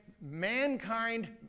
mankind